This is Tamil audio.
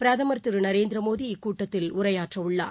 பிரதமர் திருநரேந்திரமோடி இக்கூட்டத்தில் உரையாற்றவுள்ளார்